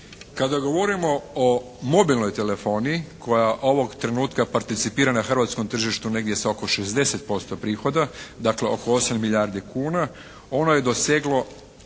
Kada govorimo o mobilnoj telefoniji koja ovog trenutka participira na hrvatskom tržištu negdje sa oko 60% prihoda, dakle oko 8 milijardi kuna ono je doseglo